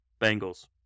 Bengals